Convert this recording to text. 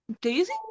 Daisy